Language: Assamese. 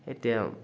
এতিয়া